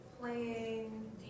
playing